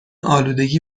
آلودگی